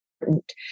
important